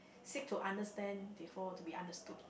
seek to understand before to be understood